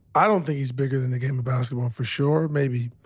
i don't think he's bigger than the game of basketball, for sure. maybe.